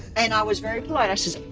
and i was very polite. i says,